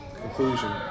conclusion